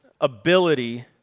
ability